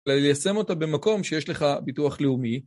וליישם אותה במקום שיש לך ביטוח לאומי.